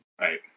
Right